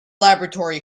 laboratory